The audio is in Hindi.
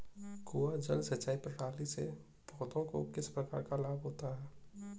कुआँ जल सिंचाई प्रणाली से पौधों को किस प्रकार लाभ होता है?